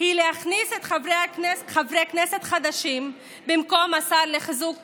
היא להכניס חברי כנסת חדשים במקום השר לחיזוק